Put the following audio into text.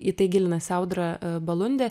į tai gilinasi audra balundė